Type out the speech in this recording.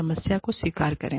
समस्या को स्वीकार करें